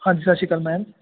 ਹਾਂਜੀ ਸਤਿ ਸ਼੍ਰੀ ਅਕਾਲ ਮੈਮ